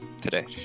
today